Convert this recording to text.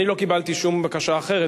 אני לא קיבלתי שום בקשה אחרת,